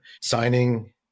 signing